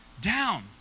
down